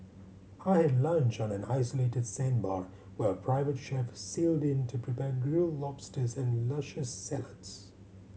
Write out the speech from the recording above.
I had lunch on an isolated sandbar where a private chef sailed in to prepare grilled lobsters and luscious salads